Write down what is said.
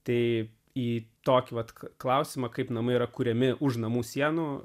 tai į tokį pat klausimą kaip namai yra kuriami už namų sienų